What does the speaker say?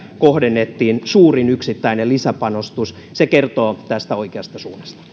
kohdennettiin budjettiriihessä suurin yksittäinen lisäpanostus se kertoo tästä oikeasta suunnasta